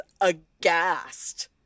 aghast